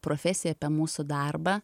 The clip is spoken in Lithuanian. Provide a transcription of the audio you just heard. profesiją apie mūsų darbą